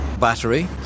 battery